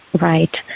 Right